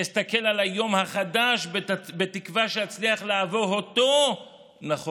אסתכל על היום החדש בתקווה שאצליח לעבור אותו נכון,